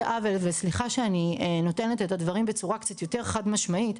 עוול וסליחה שאני נותנת את הדברים בצורה קצת יותר חד משמעית,